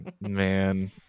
man